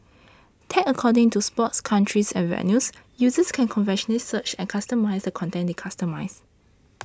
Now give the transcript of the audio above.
tagged according to sports countries and venues users can conveniently search and customise the content they consume